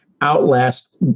outlast